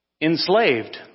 enslaved